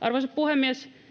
Arvoisa puhemies!